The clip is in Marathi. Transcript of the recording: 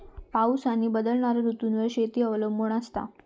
पाऊस आणि बदलणारो ऋतूंवर शेती अवलंबून असता